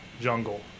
jungle